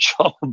job